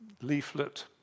leaflet